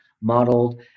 modeled